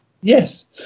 Yes